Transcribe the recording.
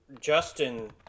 Justin